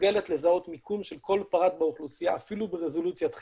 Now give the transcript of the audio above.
מסוגלת לזהות מיקום של כל פרט באוכלוסייה אפילו ברזולוציית חדר,